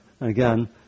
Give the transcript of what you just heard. Again